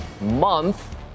month